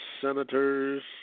Senators